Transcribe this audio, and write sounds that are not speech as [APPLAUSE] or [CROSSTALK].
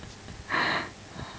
[LAUGHS]